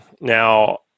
Now